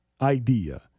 idea